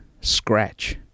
scratch